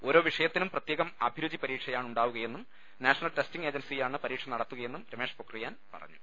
ഓരോ വിഷയത്തിനും പ്രത്യേക അഭിരുചി പരീക്ഷയാണുണ്ടാകു കയെന്നും നാഷണൽ ട്ടെസ്റ്റിംഗ് ഏജൻസിയാണ് പരീക്ഷ നടത്തു കയെന്നും രമേഷ് പൊഖ്രിയാൻ പറഞ്ഞു